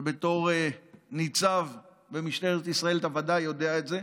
ובתור ניצב במשטרת ישראל אתה ודאי יודע את זה,